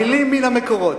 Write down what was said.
מלים מן המקורות.